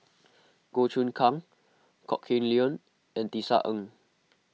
Goh Choon Kang Kok Heng Leun and Tisa Ng